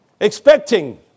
Expecting